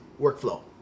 workflow